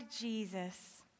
Jesus